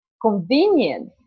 convenient